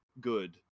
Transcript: good